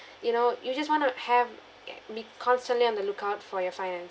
you know you just want to have be constantly on the lookout for your finance